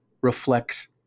reflects